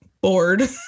bored